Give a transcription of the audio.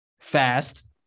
fast